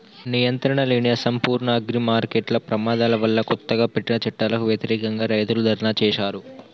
నియంత్రణలేని, అసంపూర్ణ అగ్రిమార్కెట్ల ప్రమాదాల వల్లకొత్తగా పెట్టిన చట్టాలకు వ్యతిరేకంగా, రైతులు ధర్నా చేశారు